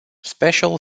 special